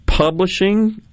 Publishing